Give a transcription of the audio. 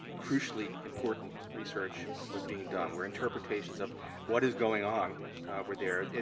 crucially important research was being done, where interpretations of what is going on were there.